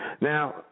Now